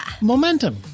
momentum